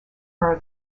are